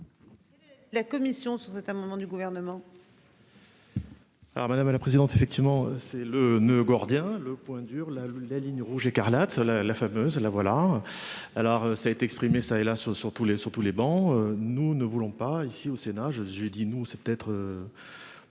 La commission sur cet amendement du gouvernement. Alors Madame la Présidente effectivement c'est le noeud gordien. Le point dur là la ligne rouge écarlate la la fameuse là voilà. Alors ça été exprimées ça et là sur sur tous les sur tous les bancs. Nous ne voulons pas ici au Sénat, je dis nous c'est peut-être